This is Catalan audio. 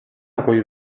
acull